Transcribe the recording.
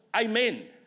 Amen